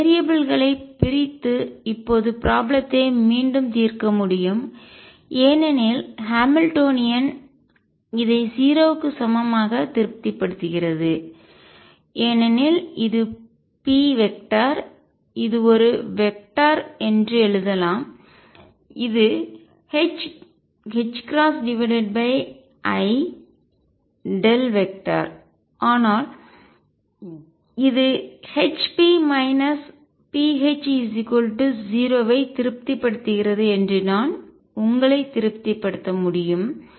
நாம் வேரியபிள் களை மாறிகளைப் பிரித்து இப்போது ப்ராப்ளத்தை மீண்டும் தீர்க்க முடியும் ஏனெனில் ஹாமில்டோனியன் இதை 0 க்கு சமமாக திருப்திப்படுத்துகிறது ஏனெனில் இது p இது ஒரு வெக்டர் திசையன் என்று எழுதலாம் இது i ஆனால் இது Hp pH 0 ஐ திருப்திப்படுத்துகிறது என்று நான் உங்களை திருப்திப்படுத்த முடியும்